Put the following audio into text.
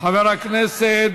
חבר הכנסת